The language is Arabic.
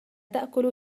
تأكل